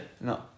No